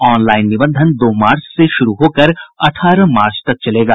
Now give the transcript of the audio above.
online निबंधन दो मार्च से शुरू होकर अठारह मार्च तक चलेगा